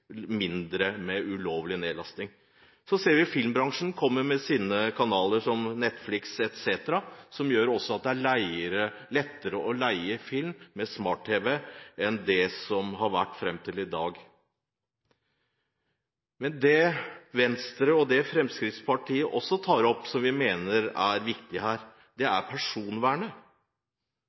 mindre ulovlig nedlastning. Så ser vi filmbransjen komme med sine kanaler som Netflix etc., som gjør at det er lettere å leie film med smart-tv enn det har vært fram til i dag. Men det Venstre og Fremskrittspartiet også tar opp, som vi mener er viktig her, er personvernet.